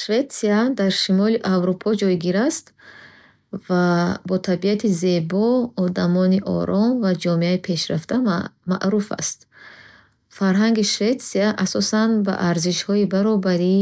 Шветсия дар Шимоли Аврупо ҷойгир аст ва бо табиати зебо, одамони ором ва ҷомеаи пешрафтааш маъ маъруф аст. Фарҳанги Шветсия асосан ба арзишҳои баробарӣ,